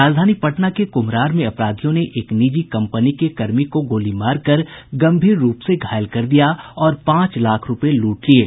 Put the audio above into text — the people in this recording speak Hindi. राजधानी पटना के कुम्हरार में अपराधियों ने एक निजी कम्पनी के कर्मी को गोली मारकर गम्भीर रूप से घायल कर दिया और पांच लाख रूपये लूट लिये